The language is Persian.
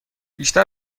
بیشتر